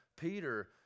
Peter